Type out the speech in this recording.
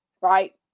Right